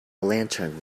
lantern